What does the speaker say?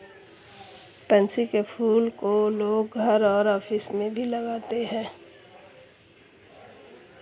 pansy के फूल को लोग घर और ऑफिस में भी लगाते है